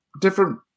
different